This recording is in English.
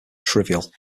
trivial